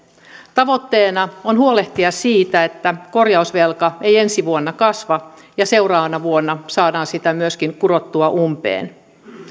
tavoitteena on huolehtia siitä että korjausvelka ei ensi vuonna kasva ja seuraavana vuonna saadaan sitä myöskin kurottua umpeen